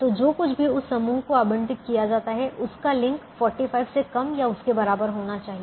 तो जो कुछ भी उस समूह को आवंटित किया जाता है उसका लिंक 45 से कम या उसके बराबर होना चाहिए